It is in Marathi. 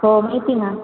हो माहिती ना